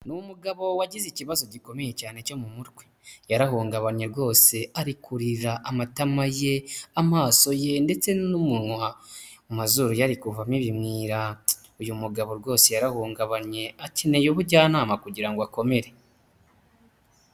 N'umugabo wagize ikibazo gikomeye cyane cyo mu mutwe. Yarahungabanye rwose ari kurira amatama ye, amaso ye ndetse n'umunwa. Amazuru ye ari kuvamo ibimwira. Uyu mugabo rwose yarahungabanye akeneye ubujyanama kugirango ngo akomere.